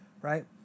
Right